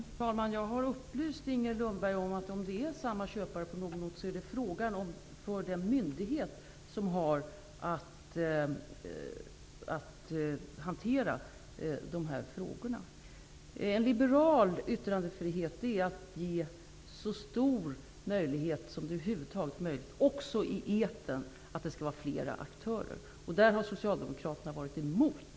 Fru talman! Jag har upplyst Inger Lundberg om att det, om flera tillstånd på någon ort går till samma köpare, är en fråga som lokalradiomyndigheten skall hantera. Liberal yttrandefrihet innebär att man, så mycket det över huvud taget går, gör det möjligt att ha flera aktörer också i etern. Detta har Socialdemokraterna varit emot.